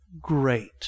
great